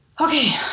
Okay